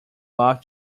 love